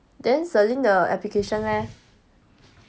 then celine the application leh